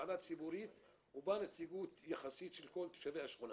מי בעד הסתייגות מספר 20 של הרשימה המשותפת?